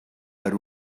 per